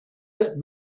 that